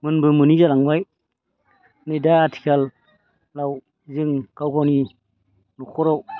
मोनबो मोनै जालांबाय नै दा आथिखालाव जों गावगावनि न'खराव